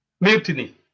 Mutiny